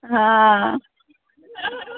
हँ